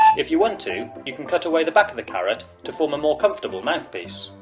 if you want to you can cut away the back of the carrot to form a more comfortable mouthpiece.